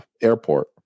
Airport